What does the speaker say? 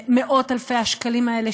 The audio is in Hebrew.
מאות-אלפי השקלים האלה,